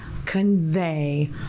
convey